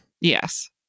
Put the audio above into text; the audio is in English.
yes